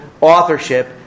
authorship